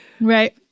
Right